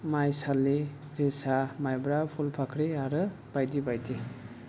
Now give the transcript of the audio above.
माइसालि जोसा माइब्रा पुलपाख्रि आरो बायदि बायदि